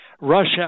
Russia